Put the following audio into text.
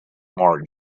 mark